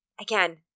Again